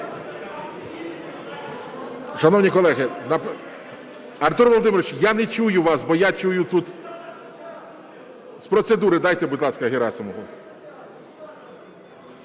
Шановні колеги... Артур Володимирович, я не чую вас, бо я чую тут. З процедури дайте, будь ласка, Герасимову.